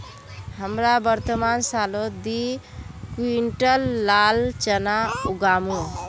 हमरा वर्तमान सालत दी क्विंटल लाल चना उगामु